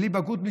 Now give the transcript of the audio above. בלי בגרות,